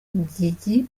gigi